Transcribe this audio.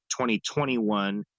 2021